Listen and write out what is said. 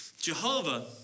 Jehovah